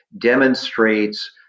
demonstrates